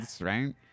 right